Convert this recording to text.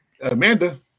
Amanda